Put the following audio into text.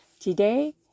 Today